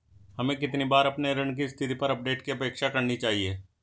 हमें कितनी बार अपने ऋण की स्थिति पर अपडेट की अपेक्षा करनी चाहिए?